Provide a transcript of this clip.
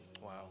Wow